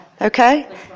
Okay